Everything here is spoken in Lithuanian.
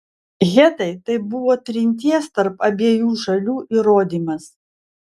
hetai tai buvo trinties tarp abiejų šalių įrodymas